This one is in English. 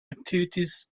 activities